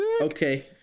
Okay